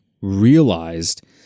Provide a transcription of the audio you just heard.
realized